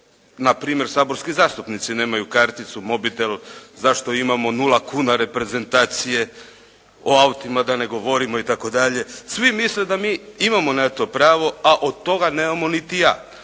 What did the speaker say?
zašto npr. saborski zastupnici nemaju karticu, mobitel, zašto imamo 0 kuna reprezentacije, o autima da ne govorimo itd. Svi misle da mi imamo na to pravo, a od toga nemamo niti a.